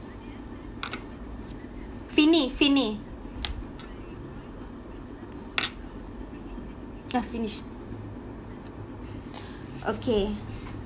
finny finny uh finnish okay